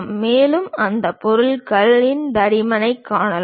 மேலும் அந்த பொருளின் தடிமன் காணலாம்